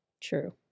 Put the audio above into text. True